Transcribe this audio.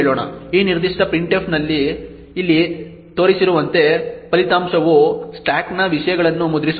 ಈ ನಿರ್ದಿಷ್ಟ printf ಇಲ್ಲಿ ತೋರಿಸಿರುವಂತೆ ಫಲಿತಾಂಶವು ಸ್ಟಾಕ್ನ ವಿಷಯಗಳನ್ನು ಮುದ್ರಿಸುತ್ತದೆ